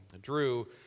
Drew